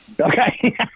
Okay